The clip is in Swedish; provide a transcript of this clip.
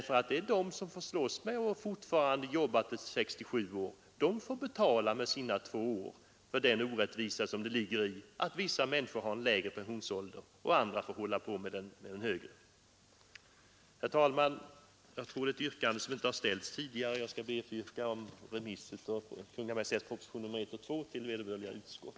För denna svarar de som fortfarande jobbar till 67 års ålder — de får med sina extra två år betala för den orättvisa som det innebär att vissa människor har en lägre pensionsålder än andra. Herr talman! Eftersom jag inte tror att någon tidigare gjort det ber jag att få yrka remiss av Kungl. Maj:ts propositioner nr 1 och 2 till vederbörande utskott.